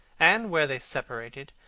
and where they separated,